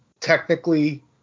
technically